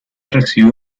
recibe